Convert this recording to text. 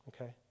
okay